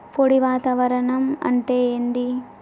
పొడి వాతావరణం అంటే ఏంది?